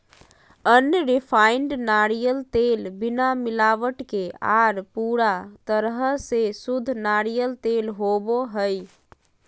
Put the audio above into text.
unrefined नारियल तेल बिना मिलावट के आर पूरा तरह से शुद्ध नारियल तेल होवो हय